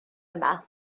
yma